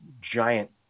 giant